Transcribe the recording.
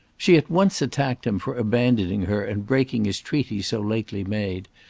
she at once attacked him for abandoning her and breaking his treaty so lately made,